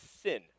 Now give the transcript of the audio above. sin